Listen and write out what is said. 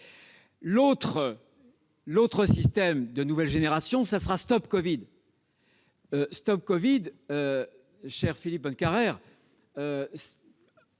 L'autre système, de nouvelle génération, sera StopCovid. Cher Philippe Bonnecarrère,